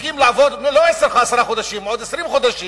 שיספיקו לעבור לא עשרה חודשים, אלא עוד 20 חודשים,